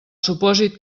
supòsit